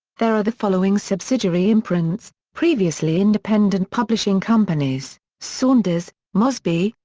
there are the following subsidiary imprints, previously independent publishing companies saunders, mosby,